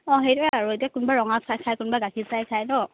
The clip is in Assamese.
অঁ সেইটোৱে আৰু এতিয়া কোনোবা ৰঙা চাহ খায় কোনোবাই গাখীৰ চাহেই খায় ন